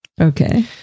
Okay